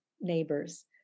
neighbors